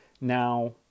Now